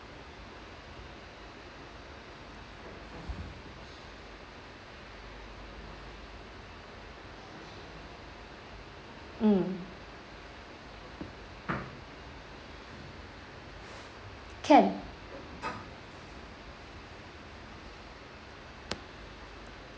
mm can